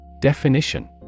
Definition